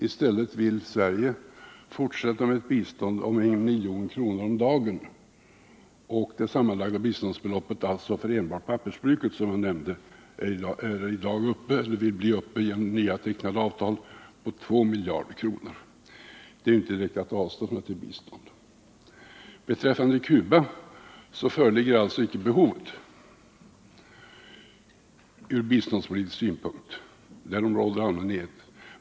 I stället vill Sverige fortsätta med ett bistånd om 1 milj.kr. om dagen. Det sammanlagda biståndsbeloppet för enbart pappersbruket är alltså, som jag nämnde, genom tecknade avtal uppe i 2 miljarder kronor. Det är inte direkt att avstå från att ge bistånd. Beträffande Cuba föreligger alltså icke behovet ur biståndspolitisk synpunkt; därom råder allmän enighet.